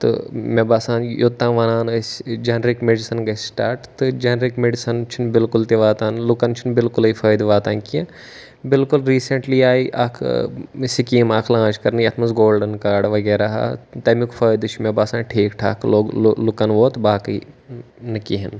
تہٕ مےٚ باسان یوٚتام وَنان أسۍ جَنرِک میڈِسَن گژھِ سٹاٹ تہٕ جَنرِک میڈِسَن چھُنہٕ بِلکُل تہِ واتان لُکَن چھُنہٕ بِلکُلٕے فٲیدٕ واتان کینٛہہ بِلکُل ریٖسٮ۪نٛٹلی آیہِ اَکھ سِکیٖم اَکھ لانٛچ کَرنہٕ یَتھ منٛز گولڈَن کارڈ وغیرہ تَمیُک فٲیدٕ چھُ مےٚ باسان ٹھیٖک ٹھاک لوگ لُکَن ووت باقٕے نہٕ کِہیٖنۍ